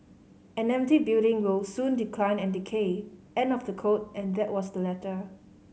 an empty building will soon decline and decay end of the quote and that was the letter